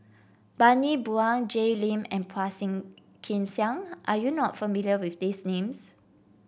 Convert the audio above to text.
Bani Buang Jay Lim and Phua Thing Kin Siang are you not familiar with these names